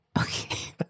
Okay